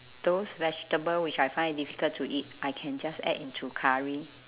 those vegetable which I find difficult to eat I can just add into curry